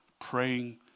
Praying